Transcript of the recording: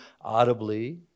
audibly